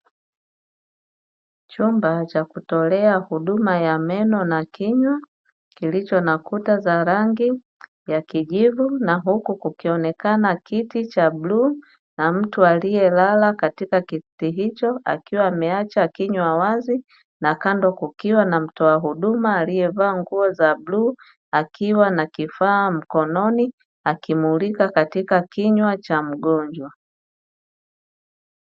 Chumba cha kutolea huduma ya meno na kinywa kilicho na kuta za rangi ya kijivu, na huku kikionekana kiti cha bluu na mtu aliyelala katika kiti hicho, akiwa ameacha kinywa wazi na kando kukiwa na mtoa huduma aliyevaa nguo za bluu akiwa na kifaa mkononi akimulika katika kinywa cha mgonjwa.